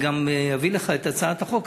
אני גם אביא לך את הצעת החוק,